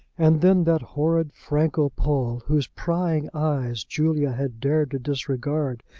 and then that horrid franco-pole, whose prying eyes julia had dared to disregard,